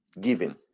giving